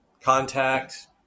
contact